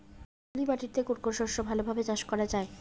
পলি মাটিতে কোন কোন শস্য ভালোভাবে চাষ করা য়ায়?